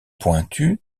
pointu